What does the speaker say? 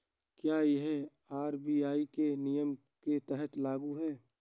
क्या यह आर.बी.आई के नियम के तहत लागू है?